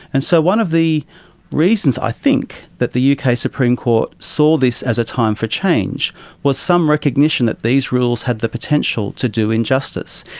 and so one of the reasons i think that the yeah uk supreme court saw this as a time for change was some recognition that these rules had the potential to do injustice.